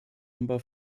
umbau